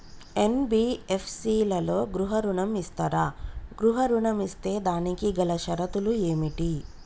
NBFC లలో గృహ ఋణం ఇస్తరా? గృహ ఋణం ఇస్తే దానికి గల షరతులు ఏమిటి?